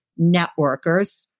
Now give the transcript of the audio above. networkers